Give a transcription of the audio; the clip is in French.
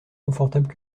confortables